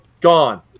gone